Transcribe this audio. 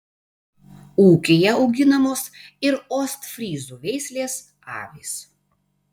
ūkyje auginamos ir ostfryzų veislės avys